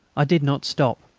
i did not stop,